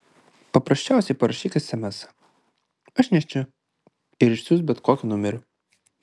paprasčiausiai parašyk esemesą aš nėščia ir išsiųsk bet kokiu numeriu